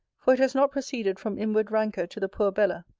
for it has not proceeded from inward rancour to the poor bella.